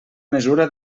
mesura